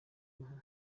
impu